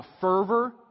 fervor